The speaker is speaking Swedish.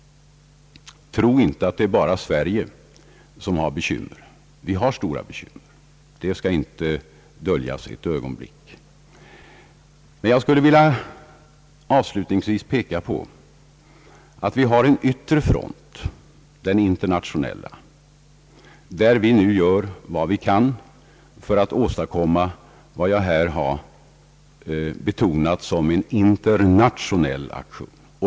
Tro inte att bara Sverige har bekymmer. Att vi har stora bekymmer skall inte döljas ett ögonblick, men jag skulle avslutningsvis vilja peka på att vi på den yttre fronten, den internationella, nu gör vad vi kan för att åstadkomma en internationell aktion.